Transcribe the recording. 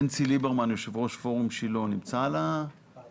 בנצי ליברמן, יושב ראש פורום שילה, נמצא ב-זום?